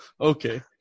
okay